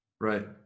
Right